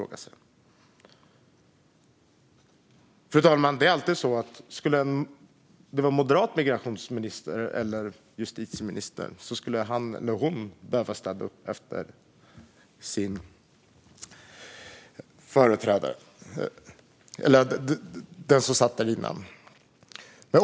Fru talman! Det är alltid på det sättet; en moderat migrations eller justitieminister skulle också behöva städa upp efter sin företrädare.